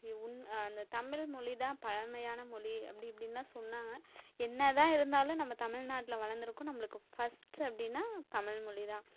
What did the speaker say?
ஏ உன் அந்த தமிழ்மொலி தான் பழமையான மொழி அப்படி இப்படின்லாம் சொன்னாங்கள் என்ன தான் இருந்தாலும் நம்ம தமிழ்நாட்ல வளர்ந்துருக்கோம் நம்மளுக்கு ஃபர்ஸ்ட்டு அப்படின்னா தமிழ்மொலி தான்